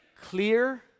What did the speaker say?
clear